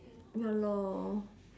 ya lor